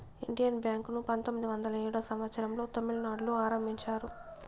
Indian bank ను పంతొమ్మిది వందల ఏడో సంవచ్చరం లో తమిళనాడులో ఆరంభించారు